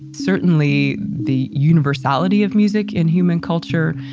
certainly, the universality of music in human culture,